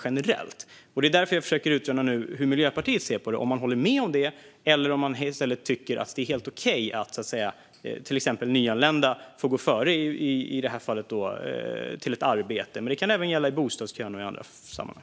Det är därför jag försöker utröna hur Miljöpartiet ser på detta: Håller man med om det, eller tycker man i stället att det är helt okej att till exempel nyanlända får gå före till ett arbete, i det här fallet? Det kan även gälla bostadskön och andra sammanhang.